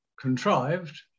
contrived